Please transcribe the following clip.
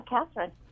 Catherine